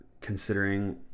considering